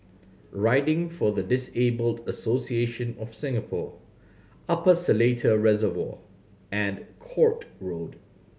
Riding for the Disabled Association of Singapore Upper Seletar Reservoir and Court Road